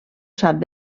sap